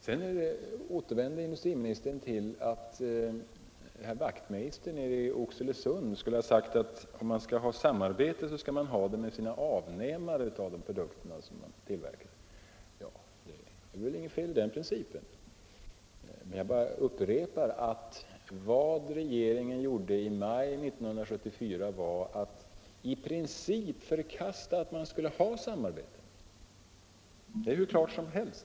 Sedan återvände industriministern till att herr Wachtmeister skulle ha sagt nere i Oxelösund att man, om man skall ha ett samarbete, skall ha det med avnämarna av de produkter man tillverkar. Det är inget fel i den principen, men jag upprepar att vad regeringen gjorde i maj 1974 var att i princip förkasta ett samarbete. Det är hur klart som helst.